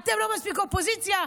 אתם לא מספיק אופוזיציה,